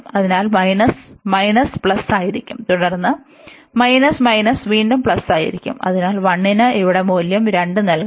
അതിനാൽ minus minus plus ആയിരിക്കും തുടർന്ന് മൈനസ് മൈനസ് വീണ്ടും പ്ലസ് ആയിരിക്കും അതിനാൽ 1ന് ഇവിടെ മൂല്യം 2 നൽകണം